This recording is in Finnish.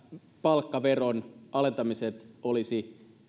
palkkaveron alentamiset olisi